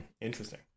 interesting